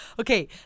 Okay